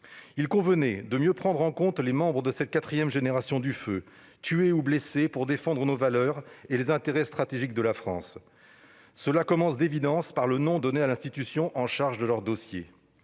Il convenait de mieux prendre en compte les membres de cette quatrième génération du feu, tués ou blessés pour défendre nos valeurs et les intérêts stratégiques de la France. Cela commence d'évidence par le nom donné à l'institution chargée de leurs dossiers.